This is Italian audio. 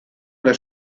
alla